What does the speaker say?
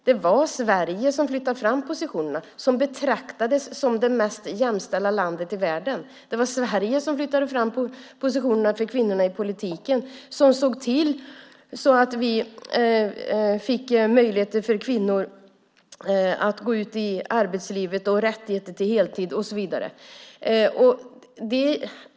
Det var Sverige som flyttade fram positionerna och betraktades som det mest jämställda landet i världen. Det var Sverige som flyttade fram positionerna för kvinnor i politiken och som såg till att kvinnor fick möjlighet att gå ut i arbetslivet och rätt till heltid och så vidare.